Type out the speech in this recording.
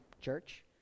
church